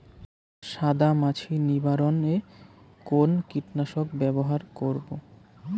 সাদা মাছি নিবারণ এ কোন কীটনাশক ব্যবহার করব?